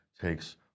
takes